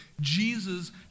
Jesus